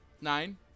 Nine